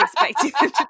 expecting